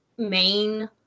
Main